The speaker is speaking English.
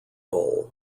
bowl